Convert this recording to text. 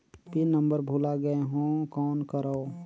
Pin number भुला गयें हो कौन करव?